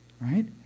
right